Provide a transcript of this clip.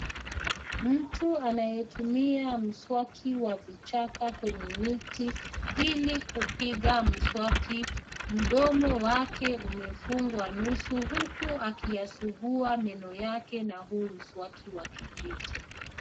Mtu anayetumia mswaki wa vichaka kwenye miti ili kupiga mswaki mdomo wake umefungwa nusu huku akiyasugua meno yake na huu mswaki wa kijiti.